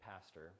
pastor